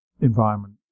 environment